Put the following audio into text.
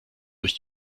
durch